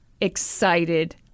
excited